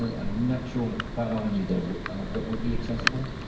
ah i'm not sure i'm following you there what would be accessible?